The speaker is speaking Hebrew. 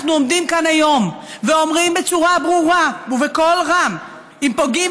אנחנו עומדים כאן היום ואומרים בצורה ברורה ובקול רם: אם פוגעים